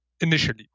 initially